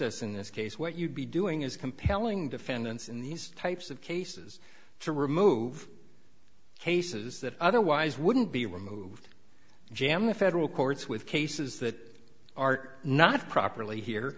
us in this case what you'd be doing is compelling defendants in these types of cases to remove cases that otherwise wouldn't be removed jamma federal courts with cases that are not properly here